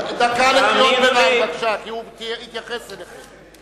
דקה לקריאות ביניים, בבקשה, כי הוא התייחס אליכם.